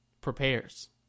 prepares